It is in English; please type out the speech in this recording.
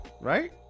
Right